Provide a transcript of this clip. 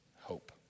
hope